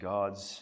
God's